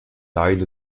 died